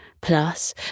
Plus